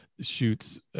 shoots